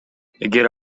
эгер